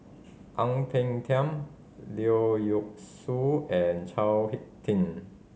Ang Peng Tiam Leong Yee Soo and Chao Hick Tin